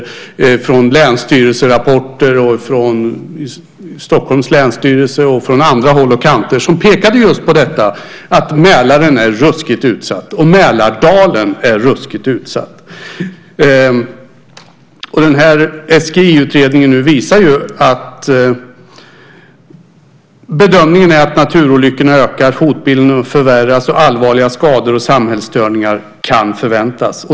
Det var länsstyrelserapporter från Stockholms länsstyrelse och från andra håll och kanter som pekade just på detta att Mälaren och Mälardalen är ruskigt utsatta. SGI-utredningen visar att bedömningen är att naturolyckorna ökar, att hotbilden förvärras och att allvarliga skador och samhällsstörningar kan förväntas.